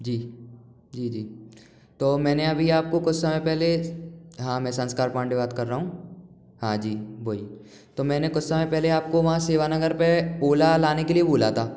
जी जी जी तो मैंने अभी आपको कुछ समय पहले हाँ मैं संस्कार पांडे बात कर रहा हूँ हाँ जी बोलिए तो मैंने कुछ समय पहले आपको वहाँ सेवानगर पर ओला लाने के लिए बोला था